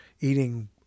eating